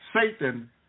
Satan